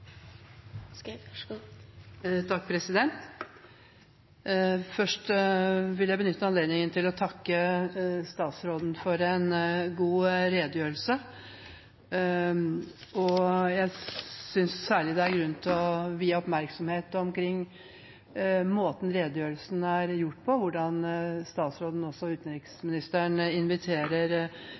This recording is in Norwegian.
IKT-kompetanse. Så for å runde av forventer jeg økt innsats og langt mer aktiv politikk fra regjeringen på dette viktige feltet for omstilling av Norge. Først vil jeg benytte anledningen til å takke statsråden for en god redegjørelse. Jeg synes særlig det er grunn til å gi oppmerksomhet til måten